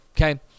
Okay